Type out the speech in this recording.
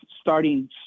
starting